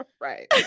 right